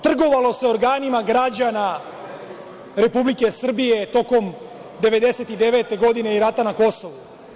Trgovalo se organima građana Republike Srbije tokom 1999. godine i rata na Kosovu.